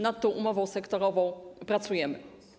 Nad tą umową sektorową pracujemy.